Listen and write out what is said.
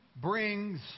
brings